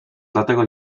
dlatego